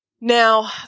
Now